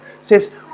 says